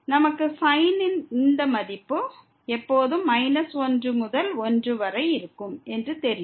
நமக்கு sin ன் இந்த மதிப்பு எப்போதும் −1 முதல் 1 வரை இருக்கும் என்று தெரியும்